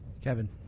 Kevin